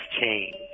change